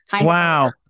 Wow